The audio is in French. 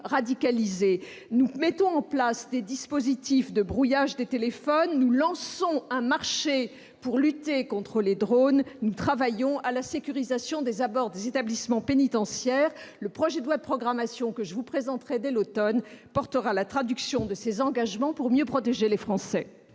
radicalisés. Nous mettons en place des dispositifs de brouillage des téléphones. Nous lançons un marché pour lutter contre les drones. Nous travaillons à la sécurisation des abords des établissements pénitentiaires. Le projet de loi de programmation que je vous présenterai dès l'automne traduira ces engagements pour mieux protéger les Français.